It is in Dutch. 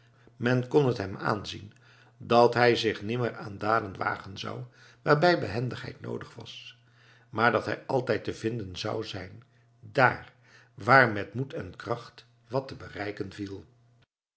men kon het hem aanzien dat hij zich nimmer aan daden wagen zou waarbij behendigheid noodig was maar dat hij altijd te vinden zou zijn daar waar met moed en kracht wat te bereiken viel